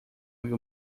viu